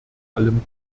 allem